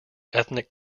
ethnic